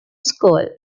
school